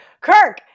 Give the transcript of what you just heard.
Kirk